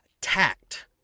tact